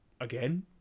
Again